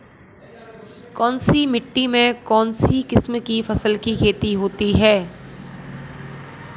कौनसी मिट्टी में कौनसी किस्म की फसल की खेती होती है?